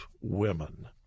women